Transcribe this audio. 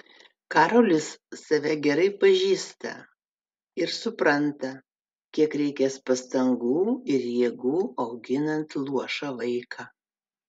karolis save gerai pažįsta ir supranta kiek reikės pastangų ir jėgų auginant luošą vaiką